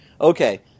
Okay